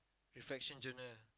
reflection journal